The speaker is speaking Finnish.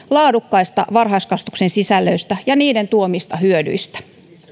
laadukkaista varhaiskasvatuksen sisällöistä ja niiden tuomista hyödyistä